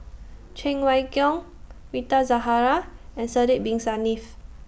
Cheng Wai Keung Rita Zahara and Sidek Bin Saniff